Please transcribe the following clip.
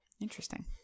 Interesting